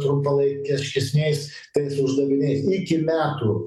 trumpalaikiškesniais tais uždaviniais iki metų